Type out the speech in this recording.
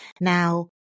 Now